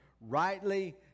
rightly